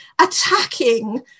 attacking